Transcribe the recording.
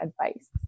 advice